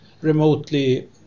remotely